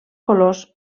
colors